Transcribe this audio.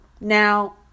Now